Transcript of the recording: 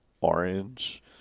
orange